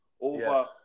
over